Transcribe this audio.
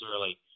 early